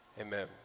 Amen